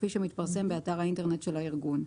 כפי שמתפרסם באתר האינטרנט של הארגון.